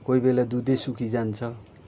कोही बेला दुधै सुकिजान्छ